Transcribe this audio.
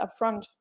upfront